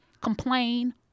complain